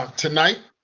tonight,